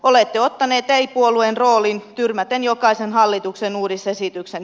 olette ottaneet ei puolueen roolin tyrmäten jokaisen hallituksen uudisesityksen